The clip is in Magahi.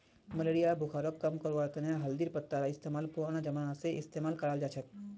मलेरिया बुखारक कम करवार तने हल्दीर पत्तार इस्तेमाल पुरना जमाना स इस्तेमाल कराल जाछेक